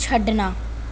ਛੱਡਣਾ